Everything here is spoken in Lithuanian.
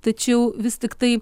tačiau vis tiktai